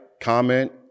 comment